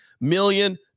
million